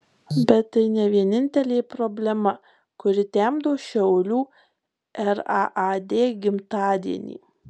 bet tai ne vienintelė problema kuri temdo šiaulių raad gimtadienį